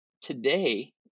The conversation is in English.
Today